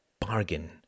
bargain